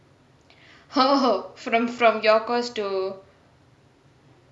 oh from from your course to